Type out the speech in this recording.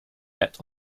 yet